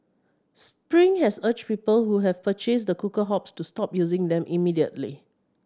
spring has urged people who have purchased the cooker hobs to stop using them immediately